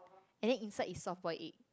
and then inside is soft boiled egg